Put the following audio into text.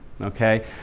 Okay